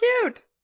cute